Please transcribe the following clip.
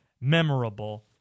memorable